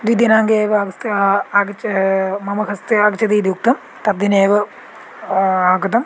द्वे दिनाङ्के एव वस्त् आगच्छ मम हस्ते आगच्छाति इति उक्तं तद्दिने एव आगतम्